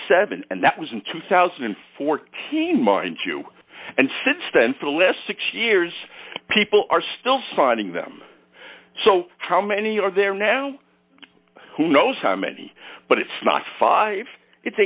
seven and that was in two thousand and fourteen mind you and since then for the list six years people are still signing them so how many are there now who knows how many but it's not five it's